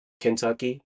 kentucky